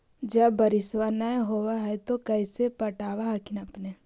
जब बारिसबा नय होब है तो कैसे पटब हखिन अपने?